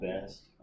best